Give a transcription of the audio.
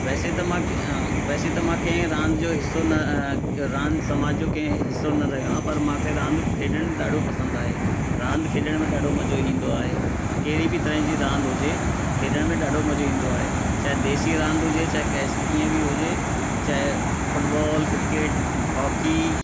वैसे त मां वैसे त मां कंहिं रांदि जो हिसो न रांदि समाज जो कंहिं हिसो न रहियो आहियां पर मूंखे रांदि खेॾण डाढो पसंदि आहे रां खेॾण में ॾाढो मज़ो ईंदो आहे कहिड़ी बि तरह जी रांदि हुजे खेॾण में ॾाढो मज़ो इंदो आहे चाहे देसी रांदि हुजे चाहे कैस कीअं बि हुजे चाहे फुटबॉल क्रिकेट हॉकी